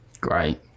Great